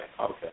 okay